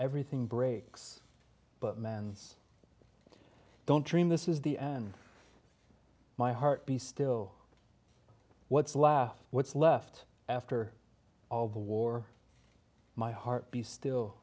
everything breaks but man's don't dream this is the end my heart be still what's left what's left after all the war my heart be still